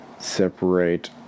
separate